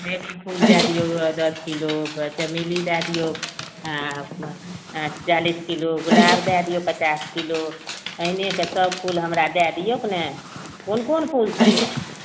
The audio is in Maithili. बेसी फूल दए दियौ दस किलो चमेली दए दियौ हाँ चालीस किलो गुलाब दए दियौ पचास किलो अहिने कऽ सब फूल हमरा दए दियौ अपने कोन कोन फूल